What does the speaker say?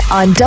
on